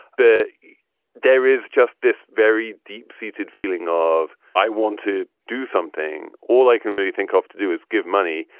the there is just this very deep seated feeling of i want to do something. all i can really think of to do is give money.